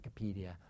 Wikipedia